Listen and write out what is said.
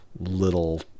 little